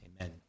Amen